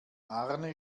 arne